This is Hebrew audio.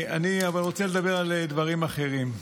אבל אני רוצה לדבר על דברים אחרים.